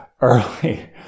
early